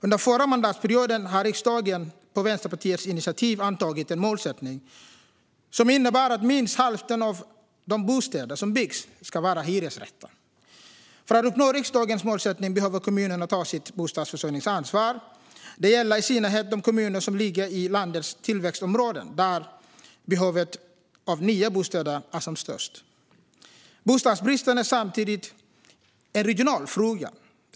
Under förra mandatperioden antog riksdagen, på Vänsterpartiets initiativ, en målsättning som innebär att minst hälften av de bostäder som byggs ska vara hyresrätter. För att uppnå riksdagens målsättning behöver kommunerna ta sitt bostadsförsörjningsansvar. Det gäller i synnerhet de kommuner som ligger i landets tillväxtområden där behovet av nya bostäder är som störst. Bostadsbristen är samtidigt en regional fråga.